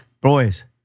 Boys